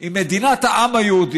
היא מדינת העם היהודי.